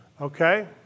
okay